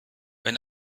wenn